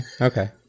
Okay